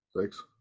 Six